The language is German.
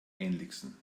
ähnlichsten